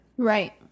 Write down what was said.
Right